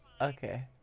Okay